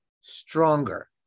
stronger